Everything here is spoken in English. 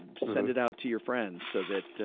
ah send it out to your friends so that,